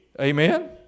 Amen